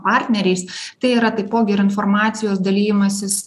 partneriais tai yra taipogi ir informacijos dalijimasis